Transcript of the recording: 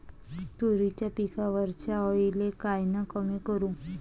तुरीच्या पिकावरच्या अळीले कायनं कमी करू?